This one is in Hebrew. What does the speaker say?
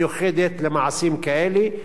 כי אנחנו לא רוצים להתעורר מחר,